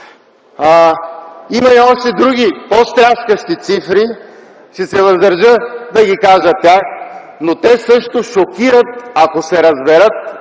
Има и други, по-стряскащи цифри – ще се въздържа да ги кажа, но те също шокират, ако се разберат